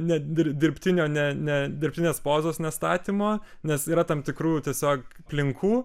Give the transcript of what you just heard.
ne di dirbtinio ne ne dirbtinės pozos nestatymo nes yra tam tikrų tiesiog aplinkų